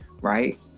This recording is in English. right